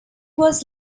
was